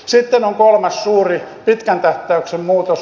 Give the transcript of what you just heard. sitten on kolmas suuri pitkän tähtäyksen muutos